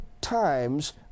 times